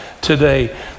today